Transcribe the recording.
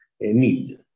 need